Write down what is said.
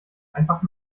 einfach